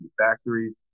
factories